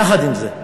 יחד עם זה,